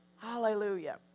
Hallelujah